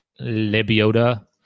Lebiota